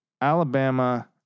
Alabama